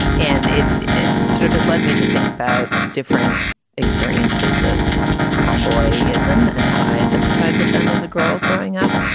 and it it sort of has led me to think about different experiences of tomboy ism and how i identified with them as a girl growing up.